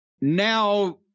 now